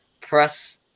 press